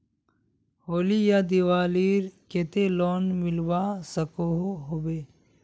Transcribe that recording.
होली या दिवालीर केते लोन मिलवा सकोहो होबे?